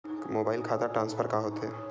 Mobile खाता transfer का होथे?